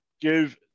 give